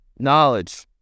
knowledge